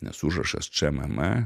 nes užrašas čmm